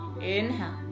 inhale